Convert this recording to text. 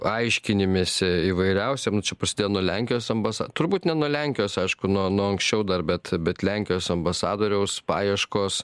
aiškinimesi įvairiausiem nu čia prasidėjo nuo lenkijos ambas turbūt ne nuo lenkijos aišku nuo nuo anksčiau dar bet bet lenkijos ambasadoriaus paieškos